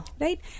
Right